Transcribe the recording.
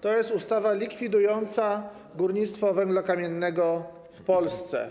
To jest ustawa likwidująca górnictwo węgla kamiennego w Polsce